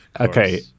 Okay